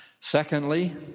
Secondly